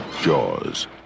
jaws